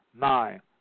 Nine